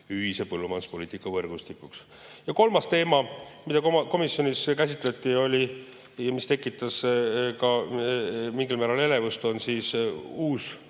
ühise põllumajanduspoliitika võrgustikuks. Kolmas teema, mida komisjonis käsitleti ja mis tekitas mingil määral elevust, on uus